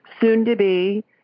soon-to-be